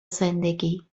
زندگی